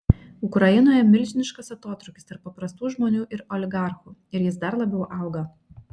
ukrainoje milžiniškas atotrūkis tarp paprastų žmonių ir oligarchų ir jis dar labiau auga